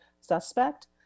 suspect